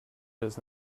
does